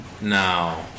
Now